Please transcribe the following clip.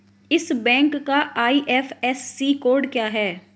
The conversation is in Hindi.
इस बैंक का आई.एफ.एस.सी कोड क्या है?